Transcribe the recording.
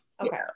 Okay